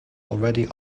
already